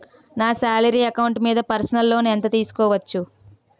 నా salary account మీద personal loan ఎంత తీసుకోవచ్చు?